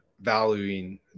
valuing